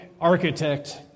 architect